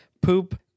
Poop